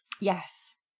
yes